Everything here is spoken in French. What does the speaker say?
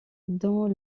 dans